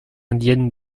indienne